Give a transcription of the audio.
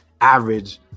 average